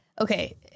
okay